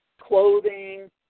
clothing